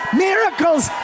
miracles